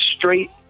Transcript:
straight